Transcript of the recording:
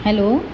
hello